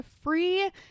free